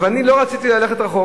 אבל אני לא רציתי ללכת רחוק.